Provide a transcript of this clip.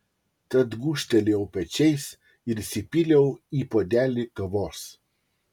tad gūžtelėjau pečiais ir įsipyliau į puodelį kavos